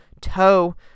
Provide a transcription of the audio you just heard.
toe